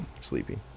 Sleepy